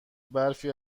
برفی